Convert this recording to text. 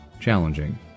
challenging